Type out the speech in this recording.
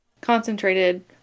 concentrated